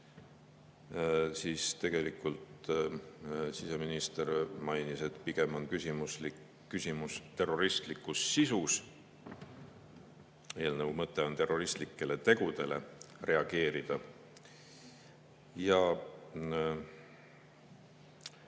Tegelikult siseminister mainis, et pigem on küsimus terroristlikus sisus. Eelnõu mõte on terroristlikele tegudele reageerida.